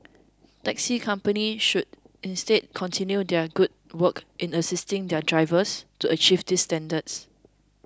taxi companies should instead continue their good work in assisting their drivers to achieve these standards